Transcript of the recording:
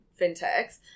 fintechs